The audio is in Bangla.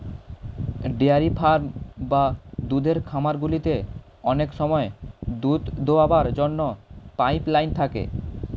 ডেয়ারি ফার্ম বা দুধের খামারগুলিতে অনেক সময় দুধ দোয়াবার জন্য পাইপ লাইন থাকে